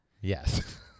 Yes